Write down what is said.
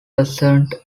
present